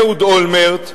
אהוד אולמרט,